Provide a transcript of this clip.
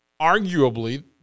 arguably